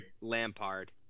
Lampard